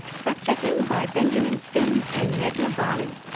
fact checking by benjamin sveen and meghna bali.